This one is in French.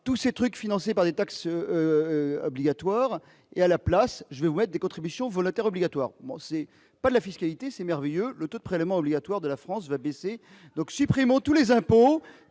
tous ces trucs financés par les taxes obligatoires et à la place, je vais vous êtes des contributions volontaires obligatoires, c'est pas la fiscalité, c'est merveilleux, le taux de prélèvements obligatoires de la France va baisser, donc supprimons tous les impôts